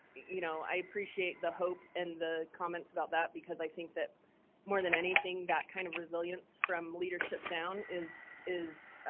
you know, i appreciate the hope and the comments about that because i think that more than anything that kind of resilience from leadership down is is